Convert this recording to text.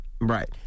Right